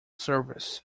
service